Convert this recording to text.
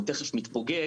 הוא תכף מתפוגג,